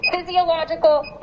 physiological